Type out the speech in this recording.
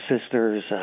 sisters